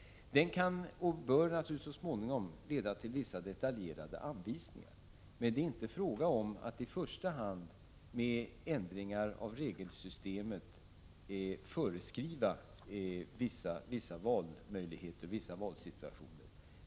Den kan, och bör naturligtvis så småningom, leda till vissa detaljerade anvisningar, men det är inte i första hand fråga om att med ändringar i regelsystemet föreskriva vissa valmöjligheter och vissa valsituationer.